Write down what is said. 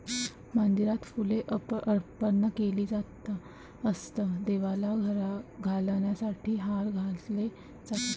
मंदिरात फुले अर्पण केली जात असत, देवाला घालण्यासाठी हार घातले जातात